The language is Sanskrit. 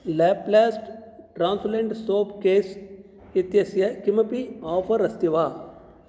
लेप्लास्ट् ट्रान्स्लूसेण्ट् सोप् केस् इत्यस्य किमपि आफ़र् अस्ति वा